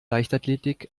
leichtathletik